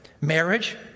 Marriage